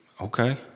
okay